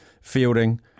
fielding